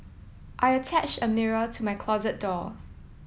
I attached a mirror to my closet door